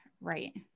right